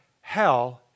hell